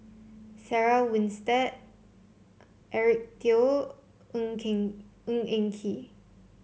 Sarah Winstedt Eric Teo Ng Ng Eng Kee